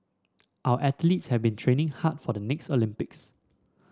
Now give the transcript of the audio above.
our athletes have been training hard for the next Olympics